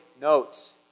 notes